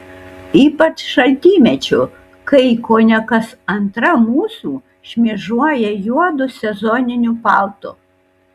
ypač šaltymečiu kai kone kas antra mūsų šmėžuoja juodu sezoniniu paltu